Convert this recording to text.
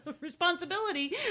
responsibility